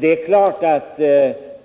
Det är klart att